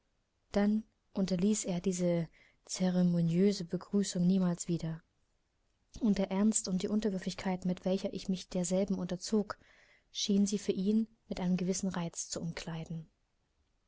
dann unterließ er diese ceremoniöse begrüßung niemals wieder und der ernst und die unterwürfigkeit mit welcher ich mich derselben unterzog schien sie für ihn mit einem gewissen reiz zu umkleiden